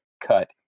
cut